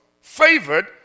favored